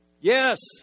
Yes